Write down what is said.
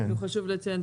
חשוב לציין,